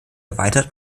erweitert